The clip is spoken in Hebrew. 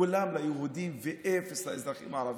כולם ליהודים, ואפס לאזרחים הערבים?